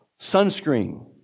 Sunscreen